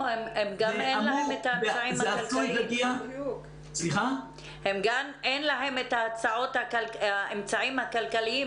זה עשוי להגיע --- גם אין להם את האמצעים הכלכליים.